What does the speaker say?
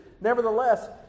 nevertheless